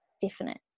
definite